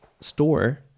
store